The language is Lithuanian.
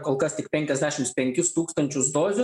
kol kas tik penkiasdešims penkis tūkstančius dozių